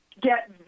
get